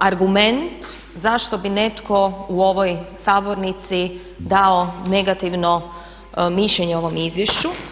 argument zašto bi netko u ovoj sabornici dao negativno mišljenje o ovom izvješću.